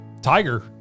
Tiger